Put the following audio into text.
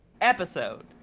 episode